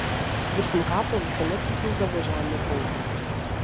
viršum kapo visuomet supildavo žemių kaupą